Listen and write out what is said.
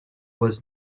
was